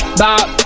bop